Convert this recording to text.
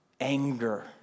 anger